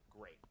Great